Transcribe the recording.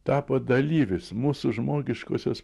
tapo dalyvis mūsų žmogiškosios